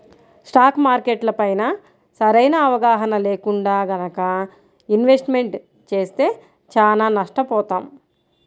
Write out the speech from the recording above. stock మార్కెట్లపైన సరైన అవగాహన లేకుండా గనక ఇన్వెస్ట్మెంట్ చేస్తే చానా నష్టపోతాం